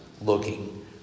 looking